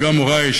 וגם הורי,